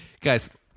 guys